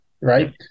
Right